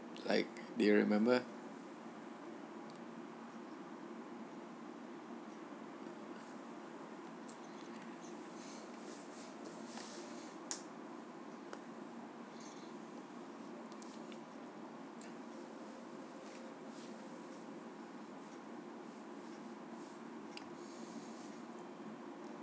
like do you remember